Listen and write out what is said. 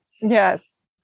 Yes